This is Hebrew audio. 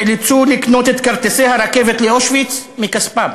נאלצו לקנות את כרטיסי הרכבת לאושוויץ בכספם.